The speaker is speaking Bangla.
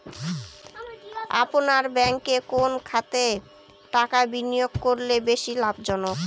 আপনার ব্যাংকে কোন খাতে টাকা বিনিয়োগ করলে বেশি লাভজনক?